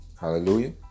Hallelujah